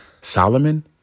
Solomon